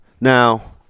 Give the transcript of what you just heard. now